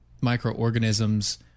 microorganisms